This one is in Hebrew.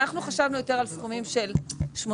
אנחנו חשבנו יותר על סכומים של 18,000,